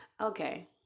Okay